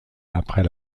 après